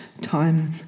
time